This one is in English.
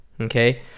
Okay